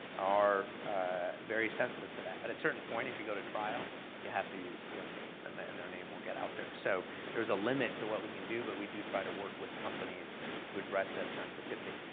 are very sensitive to that. at a certain point if you go to trial you have to use their name and and their name will get out there, so there's a limit to what we can do, but we do try to work with companies to address that sensitivity.